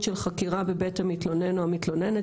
של חקירה בבית המתלונן או המתלוננת,